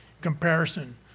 comparison